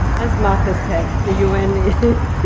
as martha said, the un is